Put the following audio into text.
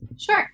Sure